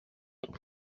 του